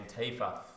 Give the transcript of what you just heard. Antifa